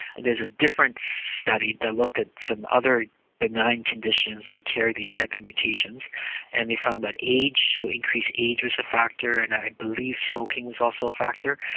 there's a different study that looked at some other benign conditions that carry these type of mutations and they found that age, so increased age was a factor, and i believe smoking was also a factor.